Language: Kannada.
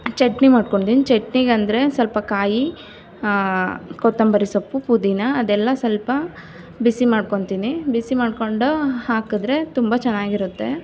ಚಟ್ನಿ ಮಾಡ್ಕೊಳ್ತೀನಿ ಚಟ್ನಿಗೆಂದ್ರೆ ಸ್ವಲ್ಪ ಕಾಯಿ ಕೊತ್ತಂಬರಿ ಸೊಪ್ಪು ಪುದಿನ ಅದೆಲ್ಲ ಸ್ವಲ್ಪ ಬಿಸಿ ಮಾಡ್ಕೊಳ್ತೀನಿ ಬಿಸಿ ಮಾಡಿಕೊಂಡು ಹಾಕಿದ್ರೆ ತುಂಬ ಚೆನ್ನಾಗಿರುತ್ತೆ